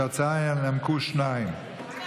את ההצעה ינמקו שניים,